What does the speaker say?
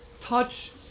touch